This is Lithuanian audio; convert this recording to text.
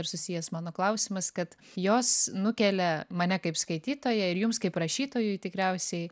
ir susijęs mano klausimas kad jos nukelia mane kaip skaitytoją ir jums kaip rašytojui tikriausiai